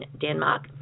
Denmark